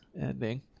ending